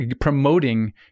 promoting